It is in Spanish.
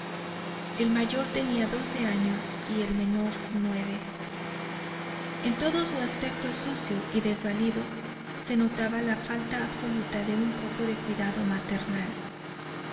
el mayor tenía doce años y el menor nueve en todo su aspecto sucio y desvalido se notaba la falta absoluta de un poco de cuidado maternal